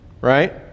Right